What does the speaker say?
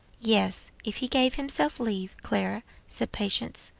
yes, if he gave himself leave, clara, said patience.